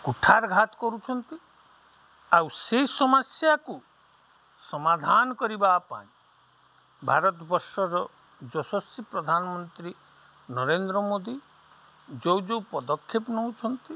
କୁଠାରଘାତ କରୁଛନ୍ତି ଆଉ ସେଇ ସମସ୍ୟାକୁ ସମାଧାନ କରିବା ପାଇଁ ଭାରତବର୍ଷର ଯଶସ୍ଵୀ ପ୍ରଧାନମନ୍ତ୍ରୀ ନରେନ୍ଦ୍ର ମୋଦି ଯେଉଁ ଯେଉଁ ପଦକ୍ଷେପ ନେଉଛନ୍ତି